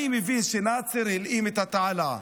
אני מבין שנאצר הלאים את התעלה,